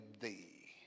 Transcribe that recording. thee